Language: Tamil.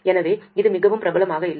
எனவே இது மிகவும் பிரபலமாக இல்லை